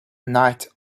night